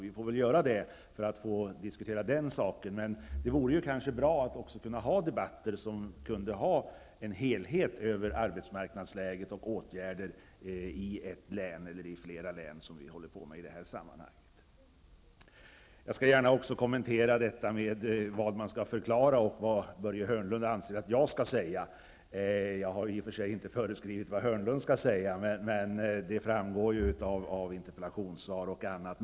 Vi får väl då göra det för att diskutera den saken, men det vore bra om vi kunde ha debatter som berör arbetsmarknadsläget i dess helhet och de åtgärder som behöver tas i olika län. Jag skall också kommentera vad som sades om vad man bör förklara och vad Börje Hörnlund anser vad jag skall säga. Jag har i och för sig inte föreskrivit vad Börje Hörnlund skall säga -- det framgår av interpellationssvar och annat.